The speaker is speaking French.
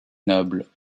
nobles